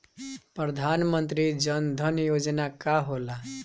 प्रधानमंत्री जन धन योजना का होला?